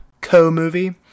co-movie